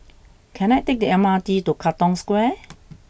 can I take the M R T to Katong Square